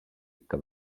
ikka